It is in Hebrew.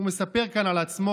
הוא מספר כאן על עצמו,